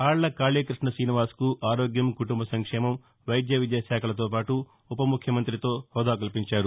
ఆళ్ల కాళీక్బష్ణ ఠీనివాస్ కు ఆరోగ్యం కుటుంబ సంక్షేమం వైద్య విద్య శాఖలతో పాటు ఉప ముఖ్యమంత్రితో హోదా కల్పించారు